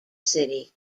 city